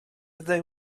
they